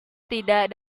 tidak